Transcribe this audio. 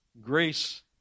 Grace